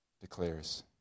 declares